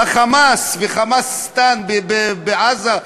ה"חמאס" ו"חמאסטן" בעזה,